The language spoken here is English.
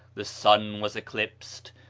the sun was eclipsed,